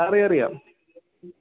അറിയാം അറിയാം